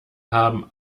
haben